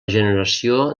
generació